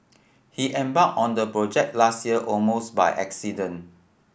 he embarked on the project last year almost by accident